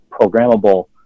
programmable